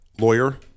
lawyer